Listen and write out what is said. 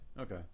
okay